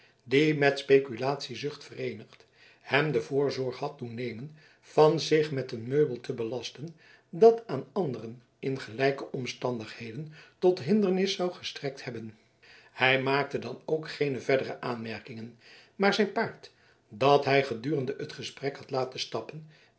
die met speculatiezucht vereenigd hem de voorzorg had doen nemen van zich met een meubel te belasten dat aan anderen in gelijke omstandigheden tot hindernis zou gestrekt hebben hij maakte dan ook geene verdere aanmerkingen maar zijn paard dat hij gedurende het gesprek had laten stappen